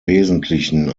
wesentlichen